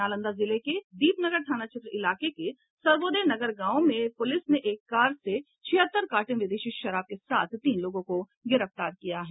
नालंदा जिले के दीपनगर थाना क्षेत्र इलाके के सर्वोदय नगर गांव में पुलिस ने एक कार से छिहत्तर कार्टून विदेशी शराब के साथ तीन लोगों को गिरफ्तार किया है